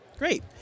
Great